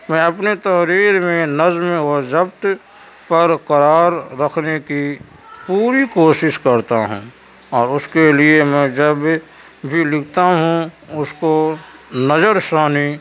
میں اپنے تحریر میں نظم و ضبط برقرار رکھنے کی پوری کوشش کرتا ہوں اور اس کے لیے میں جب بھی بھی لکھتا ہوں اس کو نظر ثانی